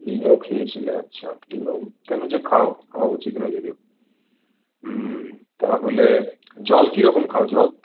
ইনো খেয়েছিলে আচ্ছা ইনো কেন যে খাও খাওয়া উচিৎ নয় যদিও হুম তাহলে জল কিরকম খাও জল